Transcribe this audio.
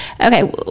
okay